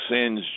sins